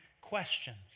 questions